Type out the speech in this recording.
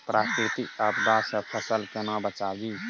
प्राकृतिक आपदा सं फसल केना बचावी?